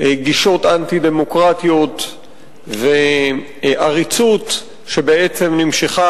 גישות אנטי-דמוקרטיות ועריצות שנמשכה